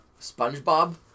SpongeBob